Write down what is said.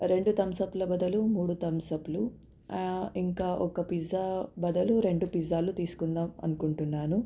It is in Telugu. రెండు థంప్స్అప్ల బదులు మూడు థంప్స్అప్లు ఇంకా ఒక పిజ్జా బదులు రెండు పిజ్జాలు తీసుకుందాం అనుకుంటున్నాను